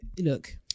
look